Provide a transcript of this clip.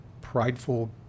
prideful